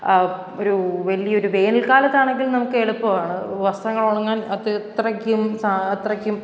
അപ്പം ഒരു വലിയൊരു വേനൽ കാലത്താണെങ്കിൽ നമുക്ക് എളുപ്പമാണ് വസ്ത്രങ്ങൾ ഉണങ്ങാൻ അത് അത്രയ്ക്കും അത്രയ്ക്കും